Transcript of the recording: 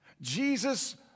Jesus